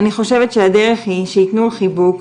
אני חושבת שהדרך היא שייתנו חיטבוק,